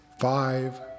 Five